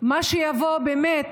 שיבוא באמת